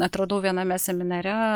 atradau viename seminare